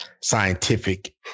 scientific